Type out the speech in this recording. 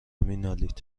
مینالید